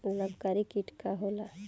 लाभकारी कीट का होला?